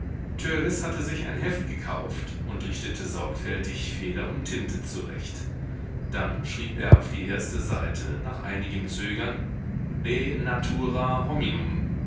hatte sich ein heft gekauft und richtete sorgfältig feder und tinte zurecht dann schrieb er auf die erste seite nach einigem zögern